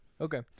Okay